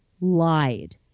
lied